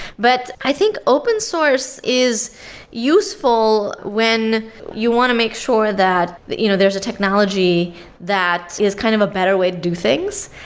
but i think open source is useful when you want to make sure that that you know there's a technology that is kind of a better way to do things.